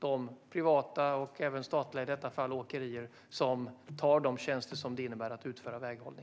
Det gäller privata och i detta fall även statliga åkerier som tar uppdragen att utföra väghållning.